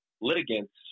litigants